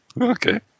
Okay